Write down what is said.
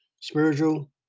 spiritual